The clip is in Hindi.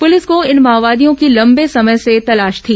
पूलिस को इन माओवादियों की लंबे समय से तलाश थी